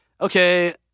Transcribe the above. okay